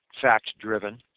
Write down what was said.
fact-driven